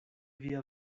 via